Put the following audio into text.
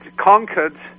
conquered